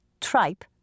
tripe